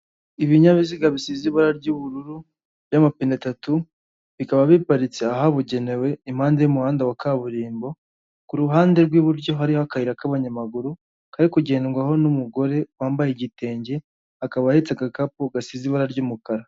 Ibinyabiziga bisize ibara ry'ubururu by'amapine atatu, bikaba biparitse ahabugenewe impande y'umuhanda wa kaburimbo, ku ruhande rw'iburyo hariho akayira k'abanyamaguru kari kugendwaho n'umugore wambaye igitenge, akaba ahetse agakapu gasize ibara ry'umukara.